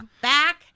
back